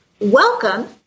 Welcome